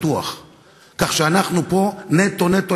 אדוני השר,